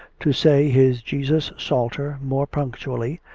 to say his jesus psalter more punctually,